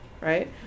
right